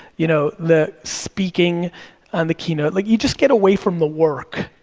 you know, the speaking on the keynote, like you just get away from the work,